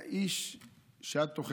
הוא היה איש תוכחה,